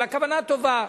אבל הכוונה טובה.